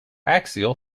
axial